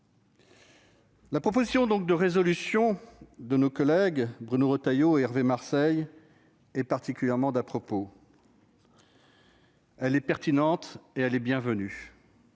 La proposition de résolution de nos collègues Bruno Retailleau et Hervé Marseille est particulièrement à propos ; elle est pertinente et bienvenue.